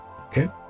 Okay